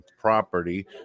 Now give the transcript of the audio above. property